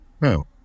no